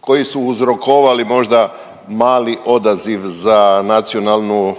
koji su uzrokovali možda mali odaziv za nacionalnu